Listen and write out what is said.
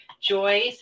Joyce